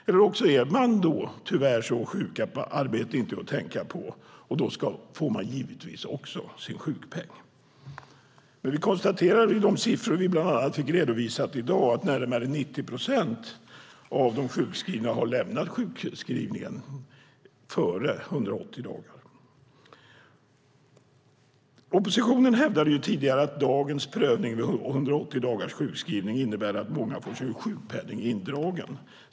Eller också är man tyvärr så sjuk att arbete inte är att tänka på, och då får man givetvis också sin sjukpenning. Vi konstaterar när det gäller bland annat de siffror som vi fick redovisade i dag att närmare 90 procent av de sjukskrivna har lämnat sjukskrivningen före 180 dagar. Oppositionen hävdade tidigare att dagens prövning efter 180 dagars sjukskrivning innebär att många får sin sjukpenning indragen.